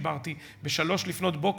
דיברתי ב-03:00,